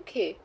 okay